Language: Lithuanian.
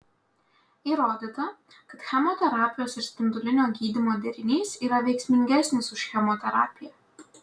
įrodyta kad chemoterapijos ir spindulinio gydymo derinys yra veiksmingesnis už chemoterapiją